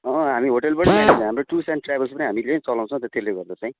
अँ हामी होटलबाटै म्यानेज हाम्रो टुर्स एन्ड ट्रेभल्स पनि हामीले नै चलाउँछ नि त त्यसले गर्दाखेरि चाहिँ